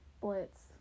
Blitz